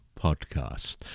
Podcast